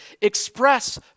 Express